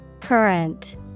Current